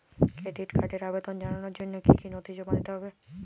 Credit কার্ডের আবেদন জানানোর জন্য কী কী নথি জমা দিতে হবে?